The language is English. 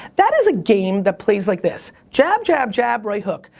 that is a game that plays like this. jab, jab, jab, right hook.